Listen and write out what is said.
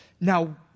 Now